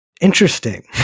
interesting